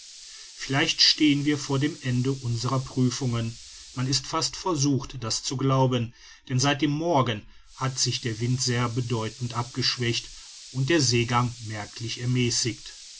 vielleicht stehen wir vor dem ende unserer prüfungen man ist fast versucht das zu glauben denn seit dem morgen hat sich der wind sehr bedeutend abgeschwächt und der seegang merklich ermäßigt